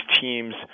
teams –